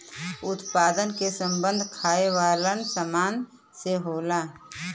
उत्पादन क सम्बन्ध खाये वालन सामान से होला